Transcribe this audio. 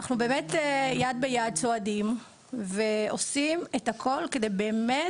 אנחנו יד ביד צועדים ועושים את הכול כדי באמת